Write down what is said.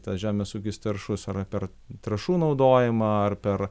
tas žemės ūkis taršus ar per trąšų naudojimą ar per